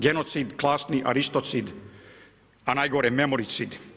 Genocid, klasni aristocid, a najgore memoricid.